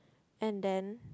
and then